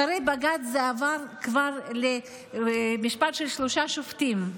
אחרי בג"ץ זה עבר כבר למשפט של שלושה שופטים,